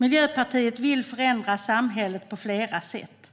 Miljöpartiet vill förändra samhället på flera sätt.